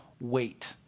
wait